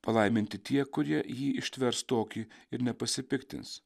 palaiminti tie kurie jį ištvers tokį ir nepasipiktins